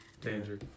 Danger